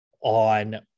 on